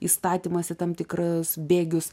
įstatymas į tam tikras bėgius